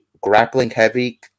grappling-heavy